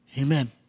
Amen